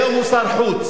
היום הוא שר חוץ.